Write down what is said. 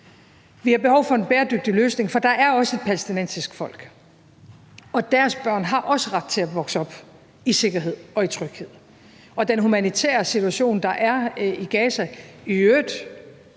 Vi har behov for en bæredygtig løsning, for der er også et palæstinensisk folk, og deres børn har også ret til at vokse op i sikkerhed og i tryghed. Og den humanitære situation, der er i Gaza – i